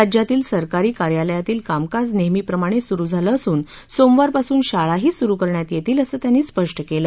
राज्यातील सरकारी कार्यालयांतील कामकाज नेहमीप्रमाणे सुरू झालं असून सोमवारपासून शाळाही सुरू करण्यात येतील असं त्यांनी स्पष्ट केलं